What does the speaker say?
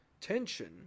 tension